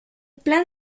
plan